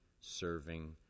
serving